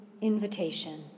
invitation